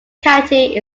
county